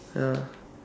ya